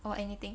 or anything